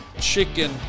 chicken